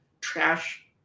trash